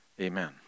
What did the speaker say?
Amen